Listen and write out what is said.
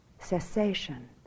cessation